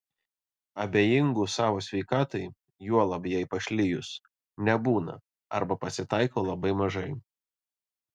abejingų savo sveikatai juolab jai pašlijus nebūna arba pasitaiko labai mažai